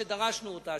דרשנו אותה,